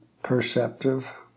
perceptive